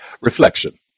Reflection